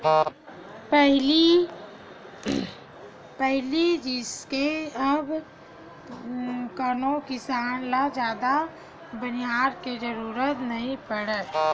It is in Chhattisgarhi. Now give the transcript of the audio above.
पहिली जइसे अब कोनो किसान ल जादा बनिहार के जरुरत नइ पड़य